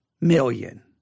million